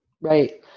Right